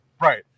Right